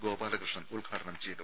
ഗോപാലകൃഷ്ണൻ ഉദ്ഘാടനം ചെയ്തു